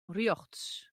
rjochts